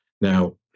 Now